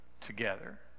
together